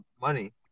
money